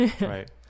right